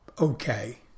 okay